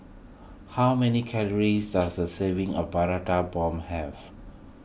how many calories does a serving of Prata Bomb have